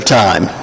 time